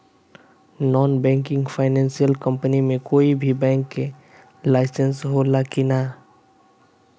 Non banking financial company मे कोई भी बैंक के लाइसेन्स हो ला कि ना?